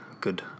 good